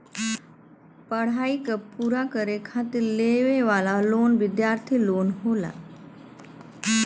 पढ़ाई क पूरा करे खातिर लेवे वाला लोन विद्यार्थी लोन होला